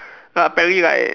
like apparently like